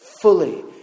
fully